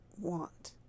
want